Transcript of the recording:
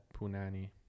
punani